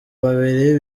babiri